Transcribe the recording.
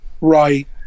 Right